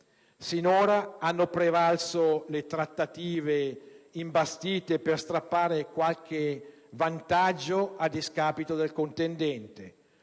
sinora hanno prevalso le trattative imbastite per strappare qualche vantaggio a discapito del contendente;